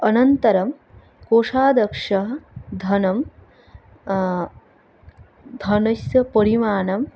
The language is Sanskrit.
अनन्तरं कोषाध्यक्षः धनं धनस्य परिमाणं